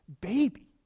baby